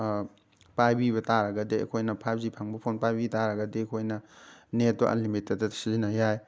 ꯄꯥꯏꯕꯤꯕ ꯇꯥꯔꯒꯗꯤ ꯑꯩꯈꯣꯏꯅ five G ꯐꯪꯕ ꯐꯣꯟ ꯄꯥꯏꯕꯤ ꯇꯥꯔꯒꯗꯤ ꯑꯩꯈꯣꯏꯅ ꯅꯦꯠꯇꯣ ꯑꯟ ꯂꯤꯃꯤꯇꯦꯠꯇ ꯁꯤꯖꯤꯟꯅꯕ ꯌꯥꯏ